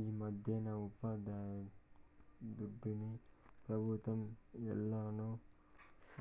ఈమధ్యన ఉపాధిదుడ్డుని పెబుత్వం ఏలనో